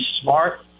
smart